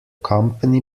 company